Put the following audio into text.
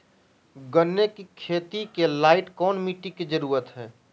गन्ने की खेती के लाइट कौन मिट्टी की जरूरत है?